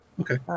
Okay